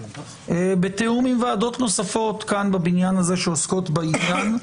בתיאום עם ועדות נוספות כאן בבניין הזה שעוסקות בעניין,